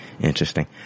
interesting